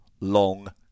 long